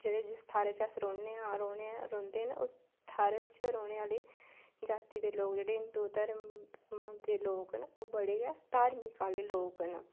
जेह्ड़े जिस थाह्रै च अस रौह्ने उस थ्हार रौह्ने आह्ले जाति दे लोक जेह्ड़े हिन्दू धर्म दे मनदे लोक न बड़े गै धार्मिक लोक न